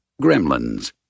Gremlins